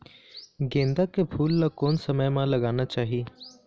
गेंदा के फूल ला कोन समय मा लगाना चाही?